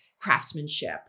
craftsmanship